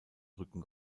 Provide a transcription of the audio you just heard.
rücken